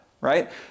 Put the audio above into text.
right